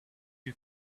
you